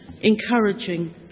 encouraging